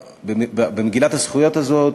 במגילת הזכויות הזאת